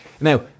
Now